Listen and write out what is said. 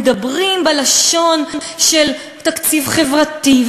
מדברים בלשון של תקציב חברתי,